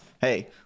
Hey